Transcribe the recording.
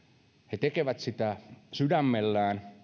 he tekevät sitä sydämellään